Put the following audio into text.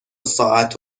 ساعت